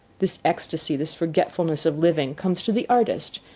this ecstasy, this forgetfulness of living, comes to the artist,